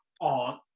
on